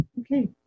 okay